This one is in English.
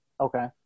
Okay